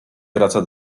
wraca